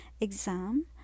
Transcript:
exam